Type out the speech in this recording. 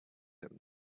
him